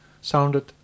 sounded